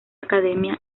academia